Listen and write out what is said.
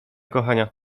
kochania